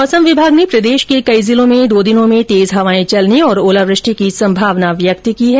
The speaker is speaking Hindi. मौसम विभाग ने प्रदेश के कई जिलों में दो दिनों में तेज हवाएं चलने तथा ओलावृष्टि की संभावना व्यक्त की है